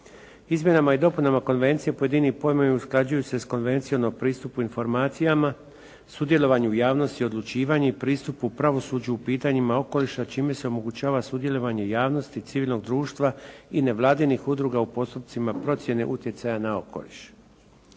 Izmjenama i dopunama konvencije pojedini pojmovi usklađuju se s Konvencijom o pristupu informacijama, sudjelovanju javnosti, odlučivanju i pristupu pravosuđu u pitanjima okoliša čime se omogućava sudjelovanje javnosti civilnog društva i nevladinih udruga u postupcima procjena utjecaja na okoliš.